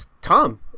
Tom